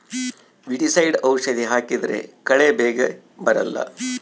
weedicide ಔಷಧಿ ಹಾಕಿದ್ರೆ ಕಳೆ ಬೇಗ ಬರಲ್ಲ